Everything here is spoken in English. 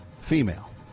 female